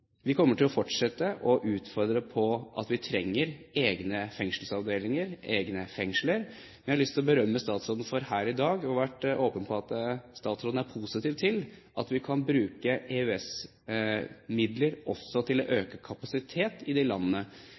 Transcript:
Vi kommer til å fortsette å utfordre på at vi trenger egne fengselsavdelinger, egne fengsler, men jeg har lyst til å berømme statsråden for her i dag å ha vært åpen på at han er positiv til at vi kan bruke EØS-midler også til å øke kapasiteten i de landene.